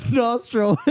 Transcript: nostril